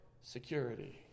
security